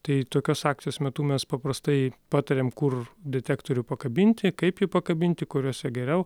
tai tokios akcijos metu mes paprastai patariam kur detektorių pakabinti kaip jį pakabinti kuriose geriau